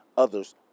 others